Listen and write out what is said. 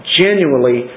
genuinely